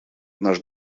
наш